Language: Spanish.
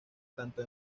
tanto